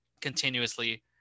continuously